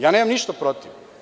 Ja nemam ništa protiv.